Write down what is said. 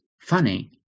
funny